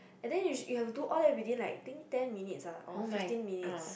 and then usual you have to do all that within like I think ten minute lah or fifteen minutes